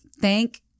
Thank